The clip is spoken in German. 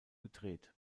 gedreht